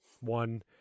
one